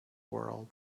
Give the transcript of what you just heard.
world